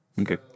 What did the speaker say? Okay